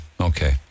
okay